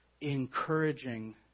encouraging